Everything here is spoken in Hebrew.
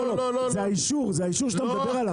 זה האישור שאתה מדבר עליו.